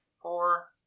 four